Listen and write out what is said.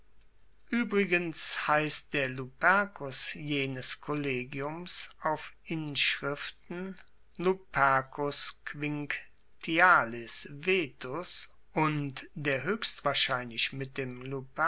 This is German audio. uebrigens heisst der lupercus jenes kollegiums auf inschriften quint und der hoechst wahrscheinlich mit dem